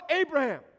Abraham